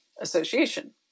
Association